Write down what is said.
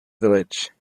village